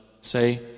Say